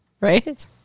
Right